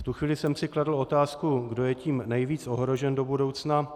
V tu chvíli jsem si kladl otázku, kdo je tím nejvíc ohrožen do budoucna.